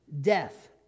death